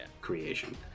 creation